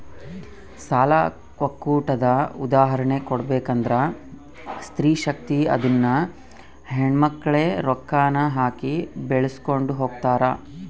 ಸಾಲ ಒಕ್ಕೂಟದ ಉದಾಹರ್ಣೆ ಕೊಡ್ಬಕಂದ್ರ ಸ್ತ್ರೀ ಶಕ್ತಿ ಅದುನ್ನ ಹೆಣ್ಮಕ್ಳೇ ರೊಕ್ಕಾನ ಹಾಕಿ ಬೆಳಿಸ್ಕೊಂಡು ಹೊಗ್ತಾರ